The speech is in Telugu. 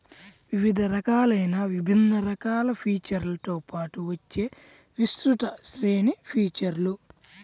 వివిధ రకాలైన విభిన్న రకాల ఫీచర్లతో పాటు వచ్చే విస్తృత శ్రేణి ఫీచర్లు